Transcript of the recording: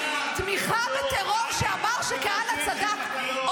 תמיכה בטרור כשאמר שכהנא צדק,